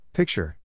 Picture